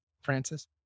Francis